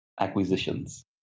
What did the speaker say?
acquisitions